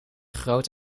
groot